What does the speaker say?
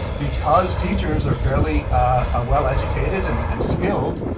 because teachers are fairly ah well educated and and skilled,